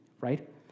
right